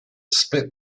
split